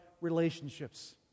relationships